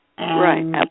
Right